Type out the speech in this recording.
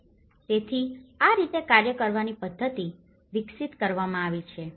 તેથી આ રીતે કાર્ય કરવાની પદ્ધતિ વિકસિત કરવામાં આવી છે